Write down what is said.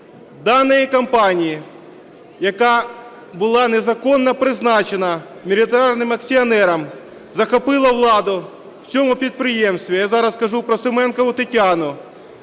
даної компанії, яка була незаконно призначена міноритарним акціонером, захопила владу в цьому підприємстві, я зараз кажу про Семенкову Тетяну,